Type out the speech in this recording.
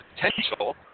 potential